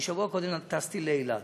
שבוע קודם טסתי לאילת,